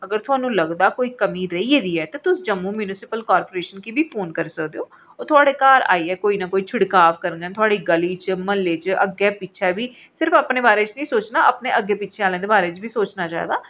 अगर थुहानूं लगदा कि कोई कमी रेही गेदी ऐ ते तुस जम्मू मूनसिपल कार्पेशन गी फोन करी सकदे हो ओह् थुआढ़े घर आइयै कोई ना कोई छिड़काव करङन गली च म्हल्ले च अग्गै पिच्छै बी सिर्फ अपने बारे नीं सोचना अपने अग्गै पिच्छे आह्लें लेई बी सोचना चाहिदा